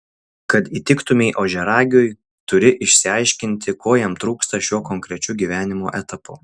kad įtiktumei ožiaragiui turi išsiaiškinti ko jam trūksta šiuo konkrečiu gyvenimo etapu